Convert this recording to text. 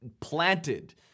planted